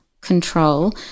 control